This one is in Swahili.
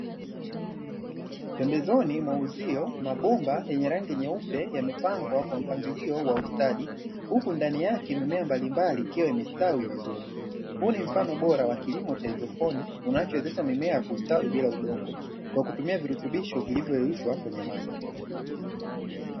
Pembezoni mwa uzio mabomba yenye rangi nyeupe yamepangwa kwa upangilio wa ustadi, huku ndani yake mimea mbalimbali ikiwa imestawi vizuri. Huu ni mfano mzuri bora wa kilimo cha haidroponi, unaowezesha mimea kustawi bila udongo kwa kutumia virutubisho vilivyoyeyushwa kwenye maji.